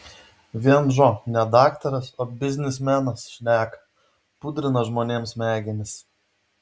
vienžo ne daktaras o biznismenas šneka pudrina žmonėms smegenis